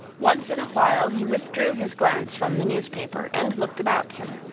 once in a while he withdrew his glance from the newspaper and looked about him.